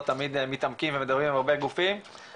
תמיד מתעמקים ומדברים עם הרבה גופים,